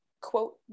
quote